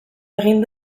egin